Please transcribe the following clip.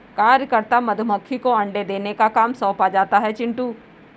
कार्यकर्ता मधुमक्खी को अंडे देने का काम सौंपा जाता है चिंटू